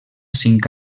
cinc